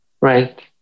Right